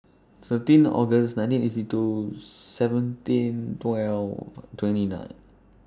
thirteen August nineteen eighty two seventeen twelve twenty nine